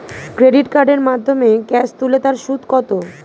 Credit কার্ডের মাধ্যমে cash তুলে তার সুদ কত?